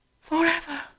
forever